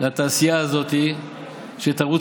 כבוד